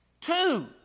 Two